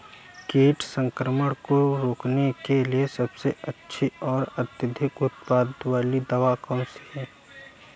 कीट संक्रमण को रोकने के लिए सबसे अच्छी और अधिक उत्पाद वाली दवा कौन सी है?